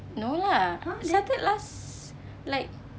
no lah it started last like